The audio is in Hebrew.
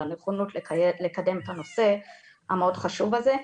הנכונות לקדם את הנושא המאוד חשוב הזה.